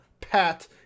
pat